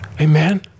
amen